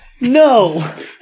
no